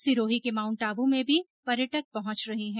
सिरोही के माउंटआबू में भी पर्यटक पहुंच रहे है